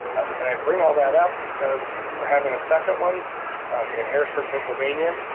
um and i bring all that up, because we're having a second one in harrisburg, pennsylvania.